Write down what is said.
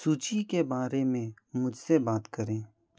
सूची के बारे में मुझसे बात करें